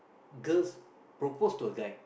girls propose to a guy